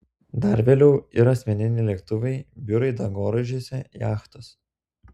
dar vėliau ir asmeniniai lėktuvai biurai dangoraižiuose jachtos